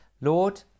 lord